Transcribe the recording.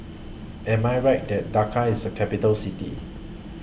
Am I Right that Dakar IS A Capital City